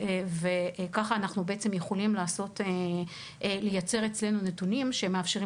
וכך אנחנו בעצם יכולים לייצר אצלנו נתונים שמאפשרים